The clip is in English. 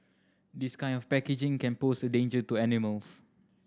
this kind of packaging can pose a danger to animals